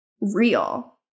real